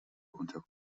unter